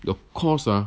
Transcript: yout cost ah